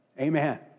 Amen